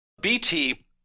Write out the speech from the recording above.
BT